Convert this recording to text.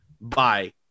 Bye